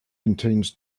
contains